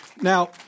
Now